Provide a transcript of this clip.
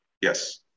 Yes